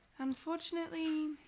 Unfortunately